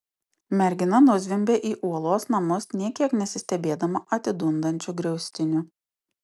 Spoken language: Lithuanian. mergina nuzvimbė į uolos namus nė kiek nesistebėdama atidundančiu griaustiniu